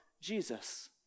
Jesus